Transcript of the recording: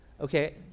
okay